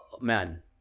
man